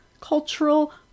Cultural